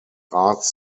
arts